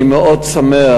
אני מאוד שמח